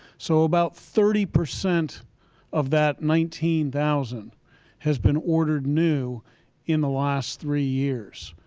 so about thirty percent of that nineteen thousand has been ordered new in the last three years.